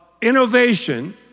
innovation